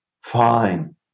Fine